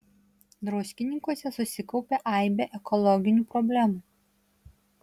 druskininkuose susikaupė aibė ekologinių problemų